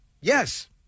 Yes